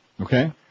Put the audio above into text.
Okay